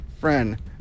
friend